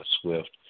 Swift